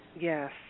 Yes